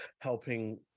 helping